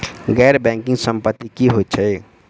गैर बैंकिंग संपति की होइत छैक?